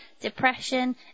depression